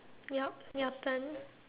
yup your turn